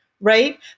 right